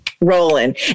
rolling